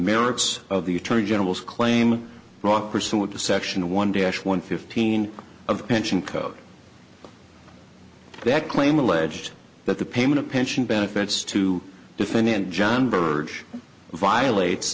merits of the attorney general's claim brought pursuant to section one dash one fifteen of pension code that claim alleged that the payment of pension benefits to defend john birch violates